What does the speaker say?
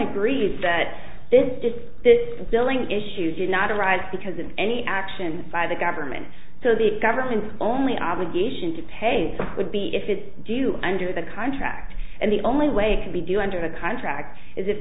agrees that this billing issue did not arise because of any action by the government so the government only obligation to pay would be if it do under the contract and the only way it can be do under the contract is